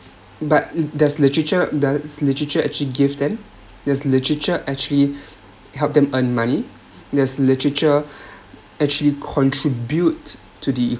but do~ does literature does literature actually give them does literature actually help them earn money does literature actually contribute to the